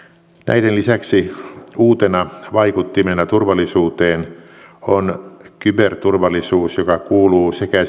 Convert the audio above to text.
näiden lisäksi uutena vaikuttimena turvallisuuteen on kyberturvallisuus joka kuuluu sekä